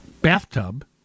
bathtub